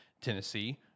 Tennessee